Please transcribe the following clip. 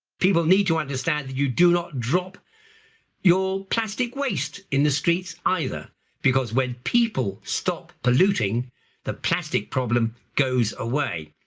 people need to understand that you do not drop your plastic waste in the streets either because when people stop polluting the plastic problem goes away.